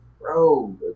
bro